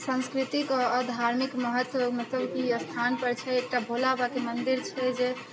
संस्कृतिके धार्मिक महत्व मतलब की स्थानपर छै एकटा भोला बाबाके मन्दिर छै जे